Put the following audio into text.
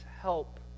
help